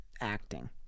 acting